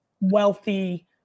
wealthy